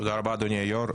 תודה רבה, אדוני היושב-ראש.